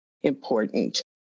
important